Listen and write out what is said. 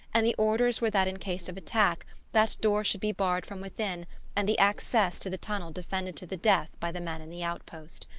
and the orders were that in case of attack that door should be barred from within and the access to the tunnel defended to the death by the men in the outpost.